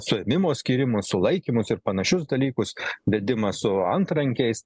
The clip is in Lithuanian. suėmimo skyrimo sulaikymus ir panašius dalykus vedimą su antrankiais